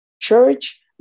church